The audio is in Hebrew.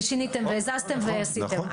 ושיניתם והזזתם ועשיתם.